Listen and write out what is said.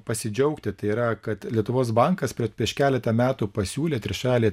pasidžiaugti tai yra kad lietuvos bankas prieš prieš keletą metų pasiūlė trišalei